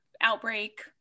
outbreak